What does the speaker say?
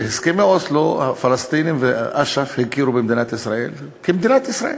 בהסכמי אוסלו הפלסטינים ואש"ף הכירו במדינת ישראל כמדינת ישראל.